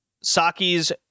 Saki's